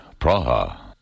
Praha